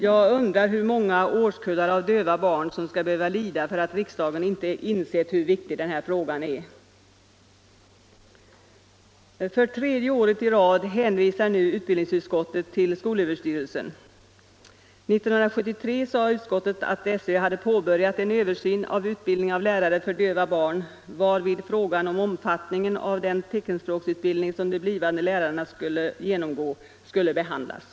Jag undrar hur många årskullar av döva barn som skall behöva lida för att riksdagen inte insett hur viktig den här frågan är? För tredje året i rad hänvisar nu utbildningsutskottet till skolöverstyrelsen. 1973 sade utskottet att SÖ hade påbörjat en översyn av utbildningen av lärare för döva barn, varvid frågan om omfattningen av den teckenspråksutbildning som de blivande lärarna skall genomgå skulle behandlas.